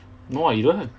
no you don't have